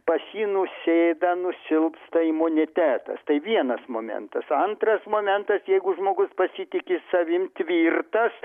pas jį nusėda nusilpsta imunitetas tai vienas momentas antras momentas jeigu žmogus pasitiki savim tvirtas